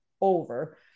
over